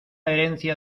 herencia